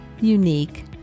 unique